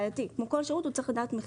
כמו כל שירות, הוא צריך לדעת מחיר.